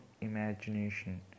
imagination